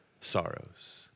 sorrows